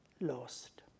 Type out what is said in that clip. lost